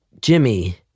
Jimmy